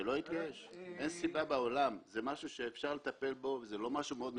לראשונה בחיי הצלחתי להאמין שהדו קיום אפשרי וקרוב מתמיד.